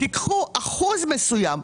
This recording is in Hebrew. קחו אחוז מסוים,